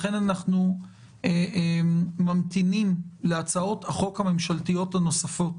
לכן אנחנו ממתינים להצעות החוק הממשלתיות הנוספות.